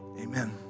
amen